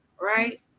right